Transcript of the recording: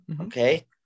okay